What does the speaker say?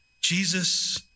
Jesus